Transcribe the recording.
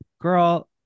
girl